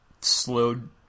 slowed